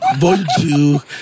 Bonjour